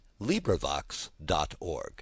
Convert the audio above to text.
LibriVox.org